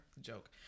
joke